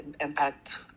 impact